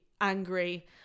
angry